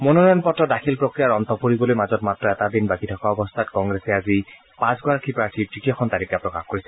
মনোনয়ন পত্ৰ দাখিল প্ৰক্ৰিয়াৰ অন্ত পৰিবলৈ মাজত মাত্ৰ এটা দিন বাকী থকা অৱস্থাত কংগ্ৰেছে আজি পাঁচগৰাকী প্ৰাৰ্থীৰ তৃতীয়খন তালিকা প্ৰকাশ কৰিছে